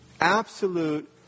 absolute